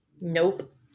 Nope